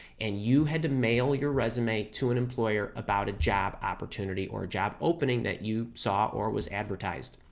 and you had to mail your resume to an employer about a job opportunity or a job opening that you saw or was advertised.